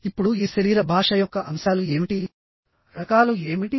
ఇప్పుడు ఈ శరీర భాష యొక్క అంశాలు ఏమిటి రకాలు ఏమిటి